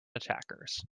attackers